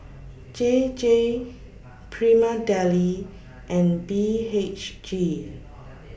J J Prima Deli and B H G